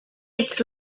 its